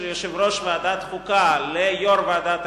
יושב-ראש ועדת החוקה ליושב-ראש ועדת הכנסת,